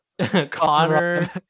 Connor